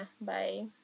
bye